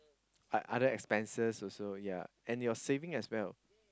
ot~ other expenses also ya and your saving as well